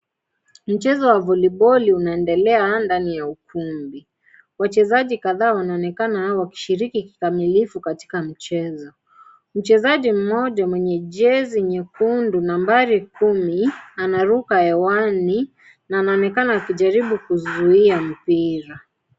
Mchezo wa voleboli unaendelea ndani ya ukumbi. Wachezaji kadhaa wanaonekana wakishiriki kikamilivu katika mchezo, mchezaji mmoja mwenye jezi nyekundu nambari kumi anaruka hewani na anaonekana akijaribu kuzuia mpira.